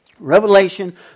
Revelation